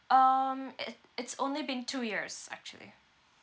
um it it's only been two years actually